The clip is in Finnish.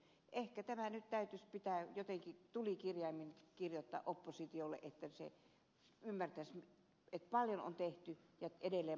ehkä tämä nyt pitää jotenkin tulikirjaimin kirjoittaa oppositiolle että se ymmärtäisi että paljon on tehty ja edelleen paljon tehdään